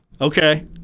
Okay